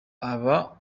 aba